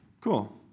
Cool